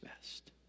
best